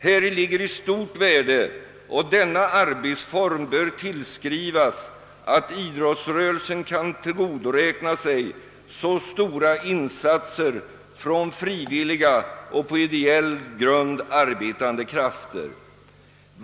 Häri ligger ett stort värde, och denna arbetsform bör tillskrivas att idrottsrörelsen kan tillgodoräkna sig stora insatser från frivilliga och på ideell grund arbetande krafter.